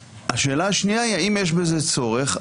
השאלה השנייה היא האם יש בזה צורך.